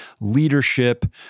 leadership